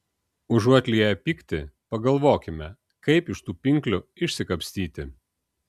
užuot lieję pyktį pagalvokime kaip iš tų pinklių išsikapstyti